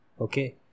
Okay